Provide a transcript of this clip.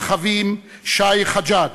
ראש המועצה האזורית מרחבים שי חג'ג',